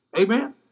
Amen